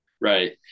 Right